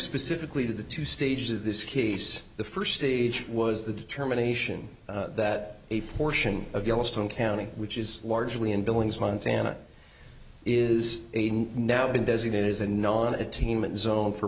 specifically to the two stages of this case the first stage was the determination that a portion of yellowstone county which is largely in billings montana is now been designated as a non